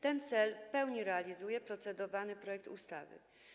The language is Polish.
Ten cel w pełni realizuje procedowany projekt ustawy.